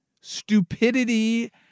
stupidity